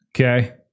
Okay